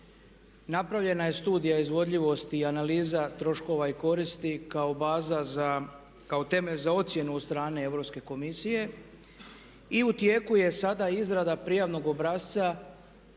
Napravljena je studija izvodljivosti i analiza troškova i koristi kao temelj za ocjenu od strane Europske komisije. I u tijeku je sada izrada prijavnog obrasca